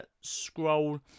scroll